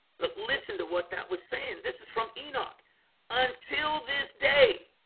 but listen to what that was saying. this is from enoch until this day